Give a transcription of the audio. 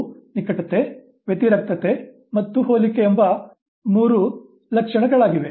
ಅವು ನಿಕಟತೆ ವ್ಯತಿರಿಕ್ತತೆ ಮತ್ತು ಹೋಲಿಕೆ ಎಂಬ ಮೂರು ಲಕ್ಷಣಗಳಾಗಿವೆ